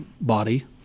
body